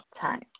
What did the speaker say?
Time